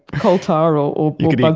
coal tar or bugs,